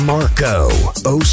Marco